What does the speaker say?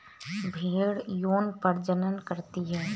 भेड़ यौन प्रजनन करती है